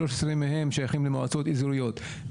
שלוש עשרה מהם שייכים למועצות אזוריות,